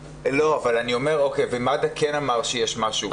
לו, בין השאר, מחמת מוגבלות.